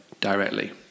directly